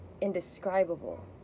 indescribable